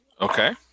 okay